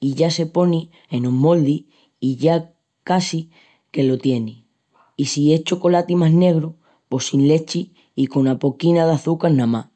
I ya se poni enos moldis i ya quasi que lo tienis. I si es chocolati más negru pos sin lechi i cona poquina d'açuca namás.